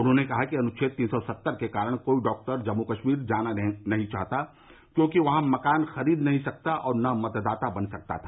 उन्होंने कहा कि अनुच्छेद तीन सौ सत्तर के कारण कोई डॉक्टर जम्मू कश्मीर जाना नहीं चहता क्योंकि वह वहां मकान नहीं खरीद सकता और न ही मतदाता बन सकता था